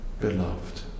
beloved